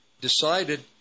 decided